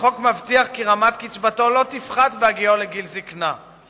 החוק מבטיח כי רמת קצבתו לא תפחת בהגיעו לגיל זיקנה.